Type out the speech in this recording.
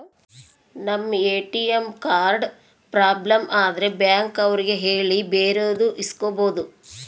ನಮ್ ATM card problem ಆದ್ರೆ bank ಅವ್ರಿಗೆ ಹೇಳಿ ಬೇರೆದು ಇಸ್ಕೊಬೋದು